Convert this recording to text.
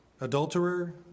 Adulterer